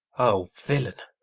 o villain,